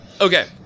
Okay